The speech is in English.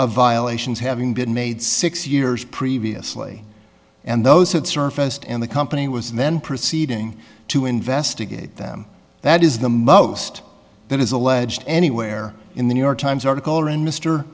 of violations having been made six years previously and those had surfaced and the company was then proceeding to investigate them that is the most that is alleged anywhere in the new york times article or in mr